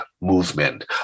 movement